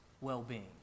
well-being